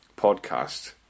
podcast